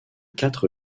quatre